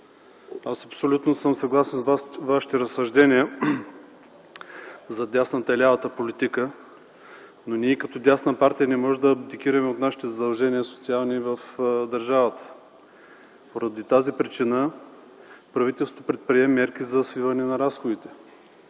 абсолютно съм съгласен с Вашите разсъждения за дясната и лявата политика, но ние като дясна партия не можем да абдикираме от нашите социални задължения в държавата. Поради тази причина правителството предприе мерки за свиване на разходите,